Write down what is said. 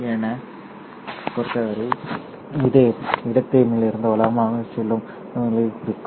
என்னைப் பொறுத்தவரை இது இடமிருந்து வலமாக செல்லும் சமிக்ஞையை குறிக்கும்